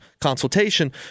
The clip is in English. consultation